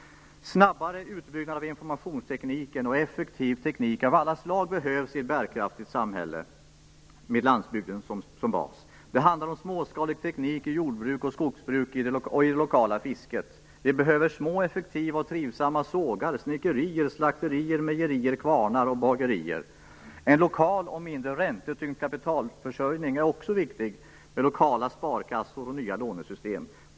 Snabbare utbyggnad av informationstekniken och effektiv teknik av alla slag behövs i ett bärkraftigt samhälle med landsbygden som bas. Det handlar om småskalig teknik i jord och skogsbruk och i det lokala fisket. Vi behöver små, effektiva och trivsamma sågar, snickerier, slakterier, mejerier, kvarnar och bagerier. En lokal och mindre räntetyngd kapitalförsörjning är också viktig med lokala sparkassor och nya lånesystem.